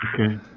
Okay